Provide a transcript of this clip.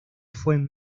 fue